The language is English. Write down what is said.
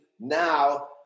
now